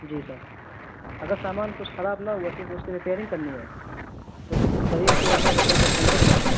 جی sir اگر سامان کچھ خراب نہ ہوا صرف اس کی ریپیرنگ کرنی ہے تو قریب دو ہزار روپے تک بن جائے گا وہ